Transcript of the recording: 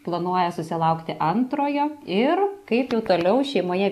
planuoja susilaukti antrojo ir kaip jau toliau šeimoje